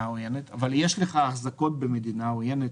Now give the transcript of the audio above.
עוינת אבל יש לו החזקות במדינה עוינת,